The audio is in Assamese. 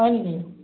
হয় নিকি